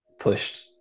pushed